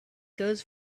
goes